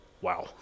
Wow